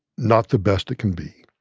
not the best it can be.